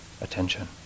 attention